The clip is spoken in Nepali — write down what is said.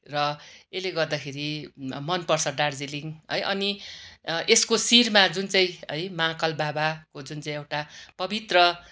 र यसले गर्दाखेरि मनपर्छ दार्जिलिङ है अनि यसको शिरमा जुन चाहिँ है महाकाल बाबाको जुन चाहिँ एउटा पवित्र